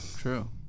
True